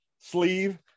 sleeve